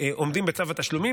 עומדים בצו התשלומים,